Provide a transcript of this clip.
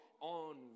On